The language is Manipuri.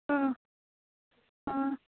ꯑꯥ ꯑꯥ